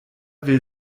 will